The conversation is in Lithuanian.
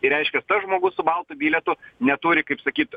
i reiškias tas žmogus su baltu bilietu neturi kaip sakyt